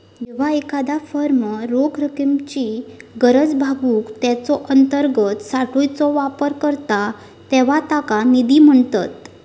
जेव्हा एखादा फर्म रोख रकमेची गरज भागवूक तिच्यो अंतर्गत साठ्याचो वापर करता तेव्हा त्याका निधी म्हणतत